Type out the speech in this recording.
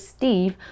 Steve